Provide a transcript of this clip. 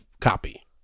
copy